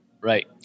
right